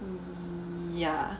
yeah